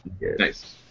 Nice